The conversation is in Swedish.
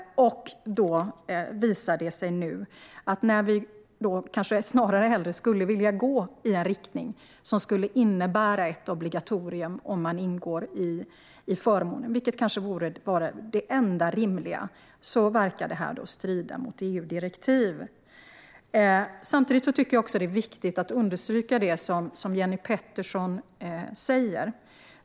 Det visar sig nu att den riktning som vi kanske snarare skulle vilja gå i och som kanske vore det enda rimliga, alltså mot ett obligatorium om man ingår i förmånen, verkar strida mot EU-direktiv. Samtidigt tycker jag också att det är viktigt att understryka det som Jenny Petersson säger.